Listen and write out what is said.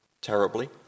terribly